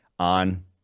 on